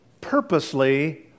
purposely